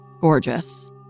Gorgeous